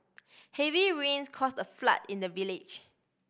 heavy rains caused a flood in the village